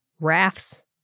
rafts